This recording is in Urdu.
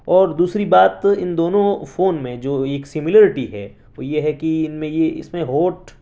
اور دوسری بات ان دونوں فون میں جو ایک سملرٹی ہے وہ یہ ہے کہ ان میں یہ اس میں ہوٹ